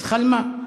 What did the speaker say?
אז חלמה.